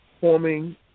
forming